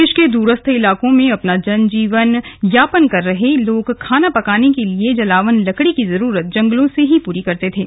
प्रदेश के द्रस्थ इलाकों में अपना जीवन यापन कर रहे लोग खाना पकाने के लिए जलावन लकड़ी की जरूरत जंगलों से ही पूरी करते थे